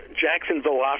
jacksonville